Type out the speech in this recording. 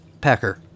packer